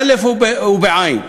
באל"ף ובעי"ן.